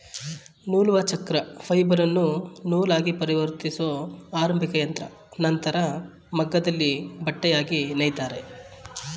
ನೂಲುವಚಕ್ರ ಫೈಬರನ್ನು ನೂಲಾಗಿಪರಿವರ್ತಿಸೊ ಆರಂಭಿಕಯಂತ್ರ ನಂತ್ರ ಮಗ್ಗದಲ್ಲಿ ಬಟ್ಟೆಯಾಗಿ ನೇಯ್ತಾರೆ